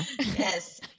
Yes